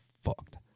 Fucked